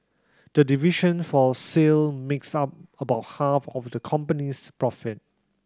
the division for sale makes up about half of the company's profit